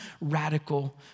radical